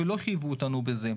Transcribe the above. ולא חייבו אותנו בזה.